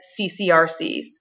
CCRCs